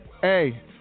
Hey